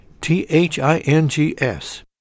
T-H-I-N-G-S